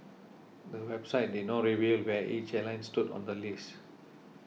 the website did not reveal where each airline stood on the list